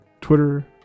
Twitter